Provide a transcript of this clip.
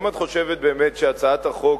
אם את חושבת באמת שהצעת החוק,